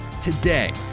Today